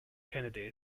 kennedy